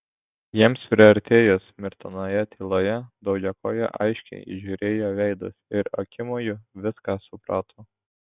jiems priartėjus mirtinoje tyloje daugiakojė aiškiai įžiūrėjo veidus ir akimoju viską suprato